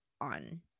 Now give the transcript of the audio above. on